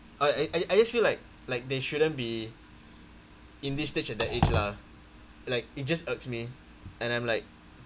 I I I just feel like like they shouldn't be in this stage at their age lah like it just irks me and I'm like